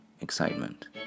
excitement